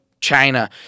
China